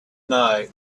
night